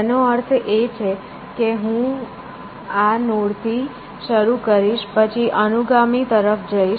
તેનો અર્થ એ છે કે હું આ નોડ થી શરૂ કરીશ પછી અનુગામી તરફ જઈશ